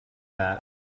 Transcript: that